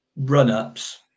run-ups